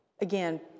again